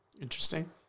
Interesting